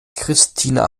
christina